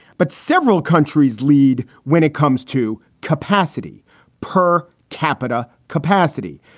but several countries lead when it comes to capacity per capita capacity.